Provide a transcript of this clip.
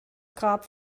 grab